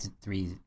three